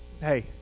hey